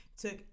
took